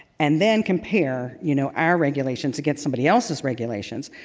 and then compare, you know, our regulations against somebody else's regulations,